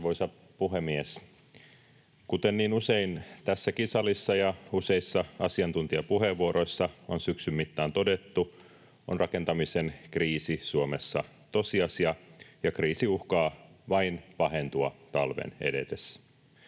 Arvoisa puhemies! Kuten niin usein tässäkin salissa ja useissa asiantuntijapuheenvuoroissa on syksyn mittaan todettu, on rakentamisen kriisi Suomessa tosiasia ja kriisi uhkaa vain pahentua talven edetessä.